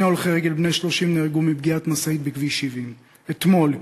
שני הולכי רגל בני 30 נהרגו מפגיעת משאית בכביש 70. אתמול,